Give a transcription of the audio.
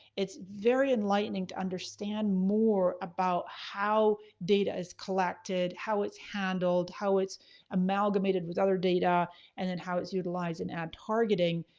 it's very enlightening to understand more about how data is collected, how it's handled, how it's amalgamated with other data and then how it's utilized in ad targeting.